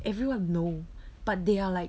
everyone know but they are like